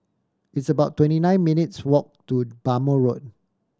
it's about twenty nine minutes' walk to Bhamo Road